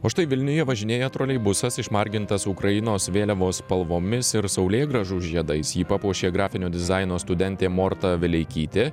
o štai vilniuje važinėja troleibusas išmargintas ukrainos vėliavos spalvomis ir saulėgrąžų žiedais jį papuošė grafinio dizaino studentė morta vileikytė